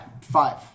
Five